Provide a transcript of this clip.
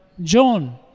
John